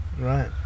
right